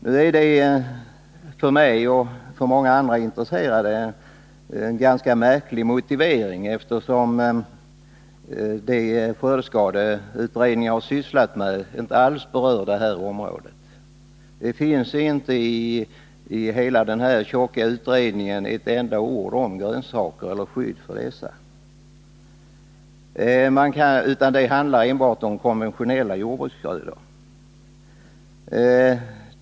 Det är för mig och många andra intresserade en ganska märklig motivering, eftersom det som skördeskadeskyddsutredningen har sysslat medinte alls berör detta område. Det finns i hela denna tjocka utredning inte ett enda ord om grönsaker eller skydd för dessa. Utredningens betänkande handlar enbart om konventionella jordbruksgrödor.